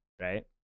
right